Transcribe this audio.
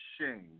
shame